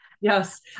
Yes